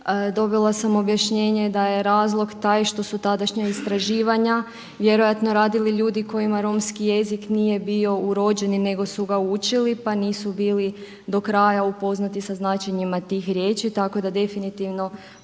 dobila sam objašnjenje da je razlog taj što su tadašnja istraživanja vjerojatno radili ljudi kojima romski jezik nije bio urođeni nego su ga učili, pa nisu bili do kraja upoznati sa značenjima tih riječi. Tako da definitivno